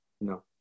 no